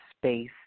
space